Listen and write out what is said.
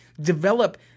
develop